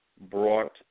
Brought